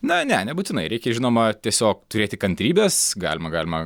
na ne nebūtinai reikia žinoma tiesiog turėti kantrybės galima galima